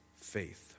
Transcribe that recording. faith